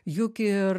juk ir